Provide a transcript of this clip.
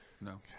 No